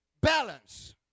balance